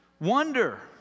wonder